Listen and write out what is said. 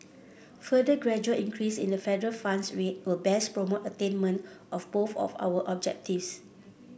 further gradual increase in the federal funds rate will best promote attainment of both of our objectives